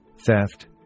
theft